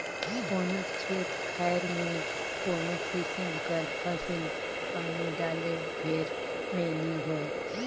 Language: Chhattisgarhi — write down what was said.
कोनोच खेत खाएर में कोनो किसिम कर फसिल पानी डाले भेर में नी होए